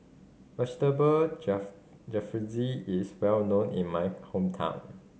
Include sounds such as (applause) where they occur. Vegetable (unintelligible) Jalfrezi is well known in my hometown